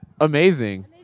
Amazing